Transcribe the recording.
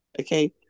Okay